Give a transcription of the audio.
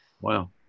Wow